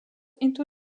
into